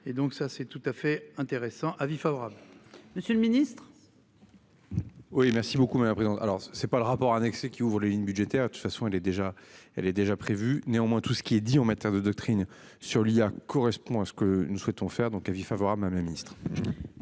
et donc ça c'est tout à fait intéressant. Avis favorable. Monsieur le Ministre. Oui merci beaucoup. Mais alors c'est pas le rapport annexé qui ouvrent la ligne budgétaire, de toute façon elle est déjà elle est déjà prévu, néanmoins tout ce qui est dit en matière de doctrine sur l'IA correspond à ce que nous souhaitons faire donc avis favorable Madame la Ministre.